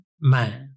mind